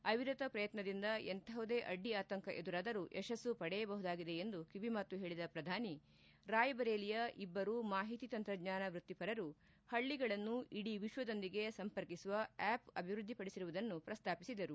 ಅವಿರತ ಪ್ರಯತ್ನದಿಂದ ಎಂತಹುದೇ ಅಡ್ಡಿ ಆತಂಕ ಎದುರಾದರೂ ಯಶಸ್ಸು ಪಡೆಬಹುದಾಗಿದೆ ಎಂದು ಕಿವಿ ಮಾತು ಹೇಳಿದ ಪ್ರಧಾನಮಂತ್ರಿ ಅವರು ರಾಯ್ಬರೆಲಿಯ ಇಬ್ಬರು ಮಾಹಿತಿ ತಂತ್ರಜ್ಞಾನ ವೃತ್ತಿಪರರು ಹಳ್ಳಗಳನ್ನು ಇಡಿ ವಿಶ್ವದೊಂದಿಗೆ ಸಂಪರ್ಕಿಸುವ ಆ್ಯಪ್ ಅಭಿವೃದ್ವಿಪಡಿಸಿರುವುದನ್ನು ಪ್ರಸ್ತಾಪಿಸಿದರು